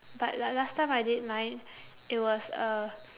but like last time I did mine it was a